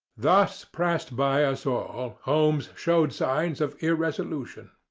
thus pressed by us all, holmes showed signs of irresolution.